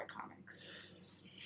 comics